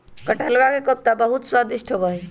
कटहलवा के कोफ्ता बहुत स्वादिष्ट होबा हई